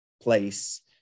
place